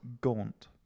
Gaunt